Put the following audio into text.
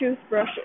toothbrush